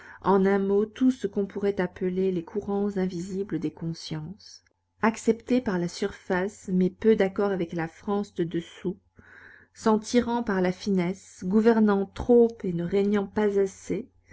en un mot tout ce qu'on pourrait appeler les courants invisibles des consciences accepté par la surface mais peu d'accord avec la france de dessous s'en tirant par la finesse gouvernant trop et ne régnant pas assez